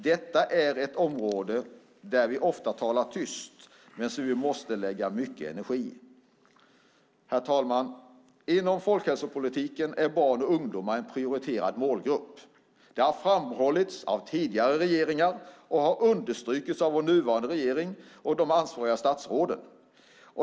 Detta är ett område som vi ofta talar tyst om men som vi måste lägga mycket energi på. Herr talman! Inom folkhälsopolitiken är barn och ungdomar en prioriterad målgrupp. Det har framhållits av tidigare regeringar och understrukits av vår nuvarande regering och av de ansvariga statsråden.